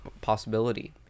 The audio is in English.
possibility